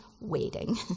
waiting